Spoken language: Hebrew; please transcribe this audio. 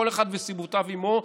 כל אחד וסיבותיו עימו,